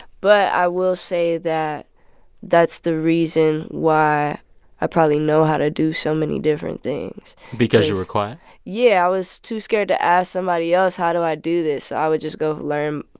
but i will say that that's the reason why i probably know how to do so many different things because you were quiet yeah. i was too scared to ask somebody else, how do i do this? so i would just go learn,